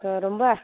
ரொம்ப